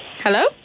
Hello